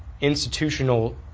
institutional